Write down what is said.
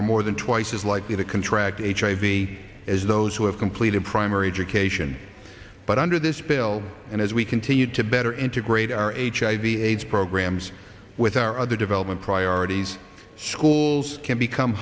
are more than twice as likely to contract hiv be as those who have completed primary education but under this bill and as we continue to better integrate our age hiv aids programs with our other development priorities schools can become